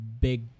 big